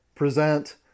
present